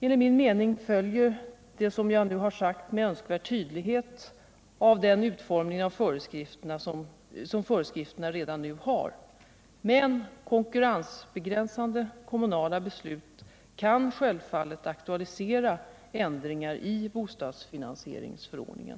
Enligt min mening följer det som jag nu har sagt med önskvärd tydlighet av den utformning som föreskrifterna redan nu har, men konkurrensbegränsande kommunala beslut kan självfallet aktualisera ändringar i bostadsfinansieringsförordningen.